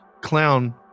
clown